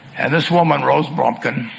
and this, woman rose bumpkin